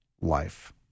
life